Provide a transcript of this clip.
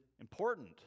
important